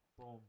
Boom